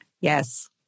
Yes